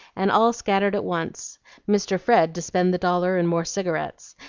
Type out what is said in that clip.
and all scattered at once mr. fred to spend the dollar in more cigarettes,